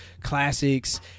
classics